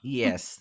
yes